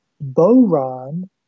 boron